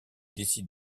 décide